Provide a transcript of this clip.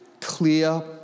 clear